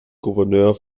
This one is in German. gouverneur